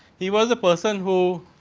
he was the person who